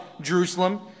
Jerusalem